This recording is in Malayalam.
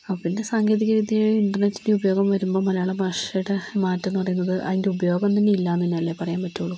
അപ്പോൾ പിന്നെ സാങ്കേതികവിദ്യയുടെയും ഇൻ്റർനെറ്റിൻ്റെയും ഉപയോഗം വരുമ്പം മലയാള ഭാഷയുടെ മാറ്റമെന്ന് പറയുന്നത് അതിൻ്റെ ഉപയോഗം തന്നെ ഇല്ലാന്ന് തന്നെയല്ലേ പറയാൻ പറ്റുകയുള്ളു